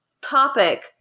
topic